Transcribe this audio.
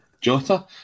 Jota